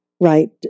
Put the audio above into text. right